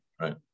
right